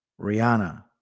rihanna